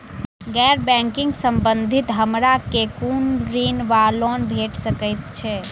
गैर बैंकिंग संबंधित हमरा केँ कुन ऋण वा लोन भेट सकैत अछि?